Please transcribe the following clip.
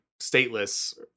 stateless